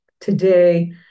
Today